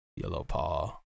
Yellowpaw